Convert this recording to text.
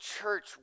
church